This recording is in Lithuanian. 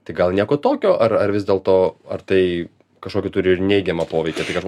tai gal nieko tokio ar ar vis dėlto ar tai kažkokį turi ir neigiamą poveikį tai kad žmo